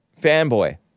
fanboy